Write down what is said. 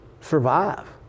survive